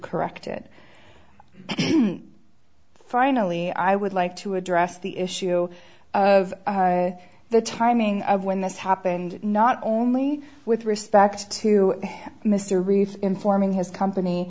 correct it finally i would like to address the issue of the timing of when this happened not only with respect to mr reed's informing his company